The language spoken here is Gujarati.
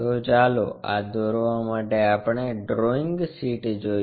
તો ચાલો આ દોરવા માટે આપણી ડ્રોઇંગ શીટ જોઈએ